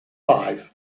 five